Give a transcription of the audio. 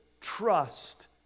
trust